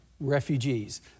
refugees